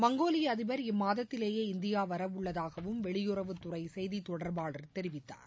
Mongolia அதிபர் இம்மாதத்திலேயே India வரவுள்ளதாகவும் வெளியுறவுத்துறை செய்தி தொடர்பாளர் தெரிவித்தார்